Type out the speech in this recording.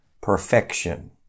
perfection